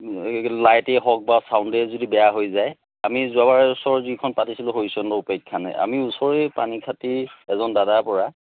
লাইতেই হওক বা ছাউণ্ডেই যদি বেয়া হৈ যায় আমি যোৱাবাৰ ওচৰৰ যিখন পাতিছিলোঁ হৰিচন্দ্ৰ উপাখ্যান আমি ওচৰৰেই পানীখাটিৰ এজন দাদাৰপৰা